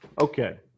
Okay